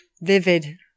vivid